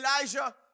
Elijah